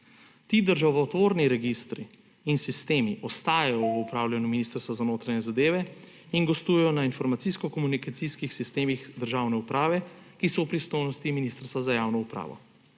Ti državotvorni registri in sistemi ostajajo v upravljanju Ministrstva za notranje zadeve in gostujejo na informacijsko-komunikacijskih sistemih državne uprave, ki so v pristojnosti Ministrstva za javno upravo.